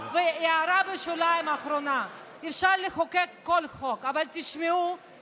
בכנסת ישראל ובספר החוקים שלנו לחוק כל כך פוגעני,